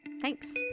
Thanks